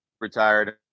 retired